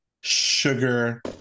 sugar